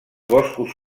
boscos